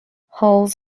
hulls